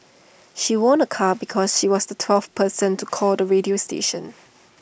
she won A car because she was the twelfth person to call the radio station